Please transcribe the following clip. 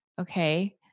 Okay